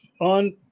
on